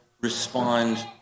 respond